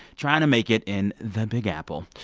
trying to make it in the big apple.